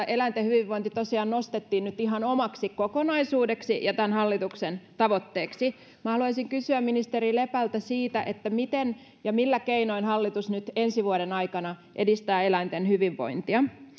eläinten hyvinvointi tosiaan nostettiin nyt ihan omaksi kokonaisuudeksi ja tämän hallituksen tavoitteeksi minä haluaisin kysyä ministeri lepältä siitä miten ja millä keinoin hallitus nyt ensi vuoden aikana edistää eläinten hyvinvointia